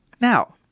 Now